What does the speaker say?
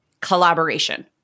collaboration